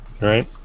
Right